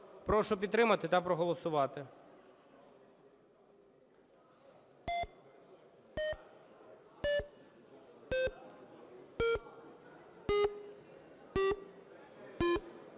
Прошу підтримати та проголосувати.